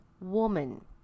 woman